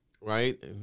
Right